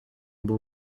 bon